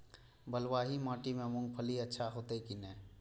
बलवाही माटी में मूंगफली अच्छा होते की ने?